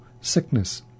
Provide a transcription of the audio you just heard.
sickness